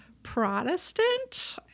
Protestant